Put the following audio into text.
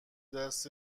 دست